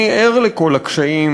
אני ער לכל הקשיים,